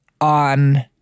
on